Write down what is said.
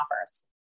offers